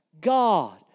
God